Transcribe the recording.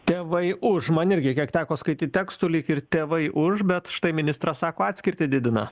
tėvai už man irgi kiek teko skaityt tekstų lyg ir tėvai už bet štai ministras sako atskirtį didina